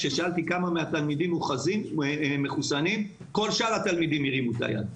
כששאלתי כמה מהתלמידים מחוסנים כל שאר התלמידים הרימו את היד,